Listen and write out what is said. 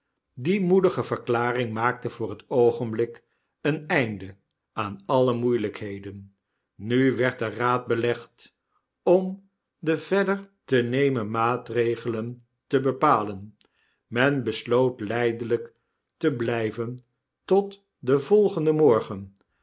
die moedige verklaringlmaakte voor net oogenblik een einde aan alle moeielpheden nu werd er raad belegd om de verder te nemen maatregelen te bepalen men beslootlydelpteblyven tot den volgenden morgen